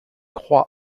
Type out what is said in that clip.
croît